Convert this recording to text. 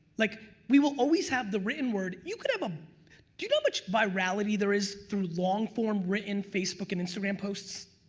like we will always have the written word. you could have them do you know much virality there is through long form written facebook and instagram posts?